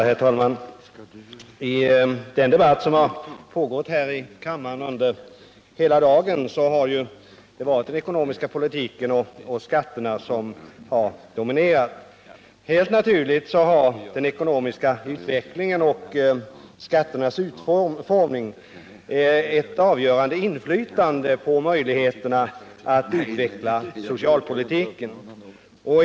Herr talman! Under den debatt som pågått här i kammaren under hela dagen har den ekonomiska politiken och skatterna dominerat. Helt naturligt har den ekonomiska utvecklingen och skatternas utformning ett avgörande inflytande på möjligheterna att utveckla socialpolitiken.